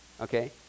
Okay